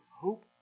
hope